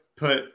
put